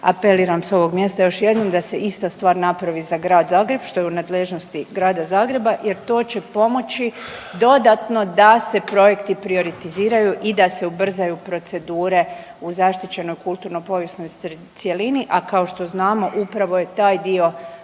Apeliram s ovog mjesta još jednom da se ista stvar napravi za Grad Zagreb što je u nadležnosti Grada Zagreba jer to će pomoći dodatno da se projekti prioritiziraju i da se ubrzaju procedure u zaštićenoj kulturno povijesnoj sredini, a kao što znamo upravo je taj dio